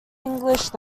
english